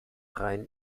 rein